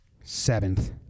seventh